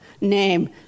name